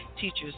teachers